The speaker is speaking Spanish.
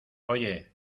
oye